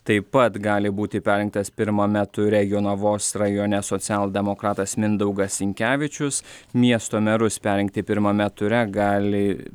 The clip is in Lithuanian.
taip pat gali būti perrinktas pirmame ture jonavos rajone socialdemokratas mindaugas sinkevičius miesto merus perrinkti pirmame ture gali